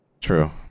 True